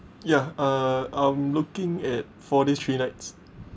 ya uh I'm looking at four days three nights